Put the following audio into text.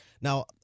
Now